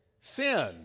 Sin